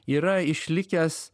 yra išlikęs